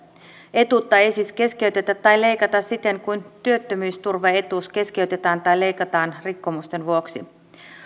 etuutta ei siis keskeytetä tai leikata siten kuin työttömyysturvaetuus keskeytetään tai leikataan rikkomusten vuoksi